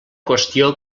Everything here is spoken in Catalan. qüestió